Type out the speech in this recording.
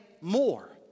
more